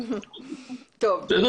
אני זוכרת